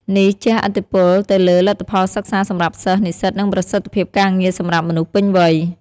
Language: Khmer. នេះជះឥទ្ធិពលទៅលើលទ្ធផលសិក្សាសម្រាប់សិស្ស-និស្សិត និងប្រសិទ្ធភាពការងារសម្រាប់មនុស្សពេញវ័យ។